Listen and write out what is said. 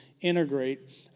integrate